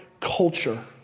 culture